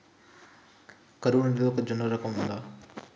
కరువు నిరోధక జొన్నల రకం ఉందా?